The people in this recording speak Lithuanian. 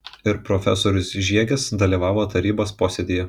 ir profesorius žiegis dalyvavo tarybos posėdyje